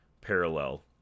parallel